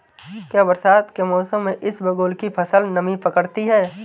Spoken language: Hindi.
क्या बरसात के मौसम में इसबगोल की फसल नमी पकड़ती है?